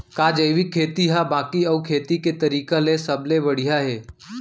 का जैविक खेती हा बाकी अऊ खेती के तरीका ले सबले बढ़िया हे?